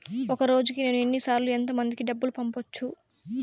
ఒక రోజుకి నేను ఎన్ని సార్లు ఎంత మందికి డబ్బులు పంపొచ్చు?